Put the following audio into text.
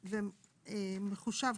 מחושב,